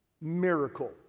Miracle